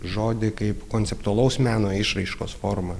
žodį kaip konceptualaus meno išraiškos formą